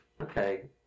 okay